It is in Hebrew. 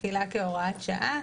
בתחילת כהוראת שעה,